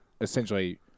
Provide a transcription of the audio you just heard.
essentially